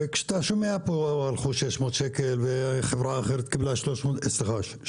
כשאתה שומע שפה הלכו 600 מיליון שקל ושחברה אחת קיבלה 300 מיליון,